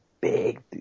big